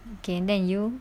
okay then you